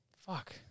Fuck